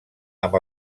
amb